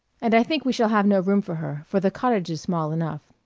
and i think we shall have no room for her, for the cottage is small enough.